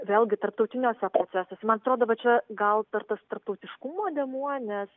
vėlgi tarptautiniuose procesuose man atrodo va čia gal tas tarptautiškumo dėmuo nes